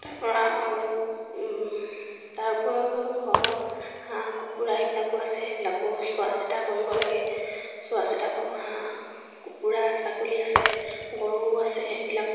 তাৰ পৰা আৰু তাৰপৰা ঘৰত হাঁহ কুকুৰা এইবিলাকো আছে সেইবিলাকো চোৱা চিতা কৰিব লাগে চোৱা চিতা কৰোঁ হাঁহ কুকুৰা ছাগলী আছে গৰু আছে সেইবিলাক